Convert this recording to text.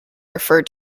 refer